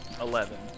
Eleven